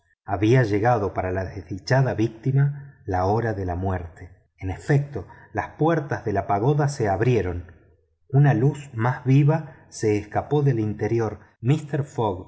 había llegado para la desdichada víctima la hora de la muerte en efecto las puertas de la pagoda se abrieron una luz más viva se escapó del interior mister fogg